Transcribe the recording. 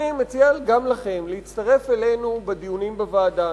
אני מציע גם לכם להצטרף אלינו לדיונים בוועדה,